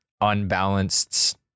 unbalanced